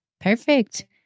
perfect